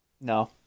No